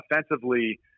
offensively